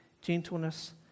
gentleness